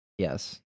Yes